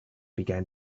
began